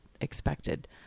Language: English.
expected